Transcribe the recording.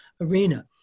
arena